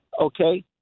Okay